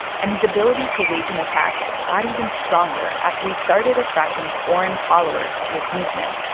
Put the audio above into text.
and his ability to wage an attack got even stronger after he started attracting foreign followers to his movement.